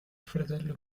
fratello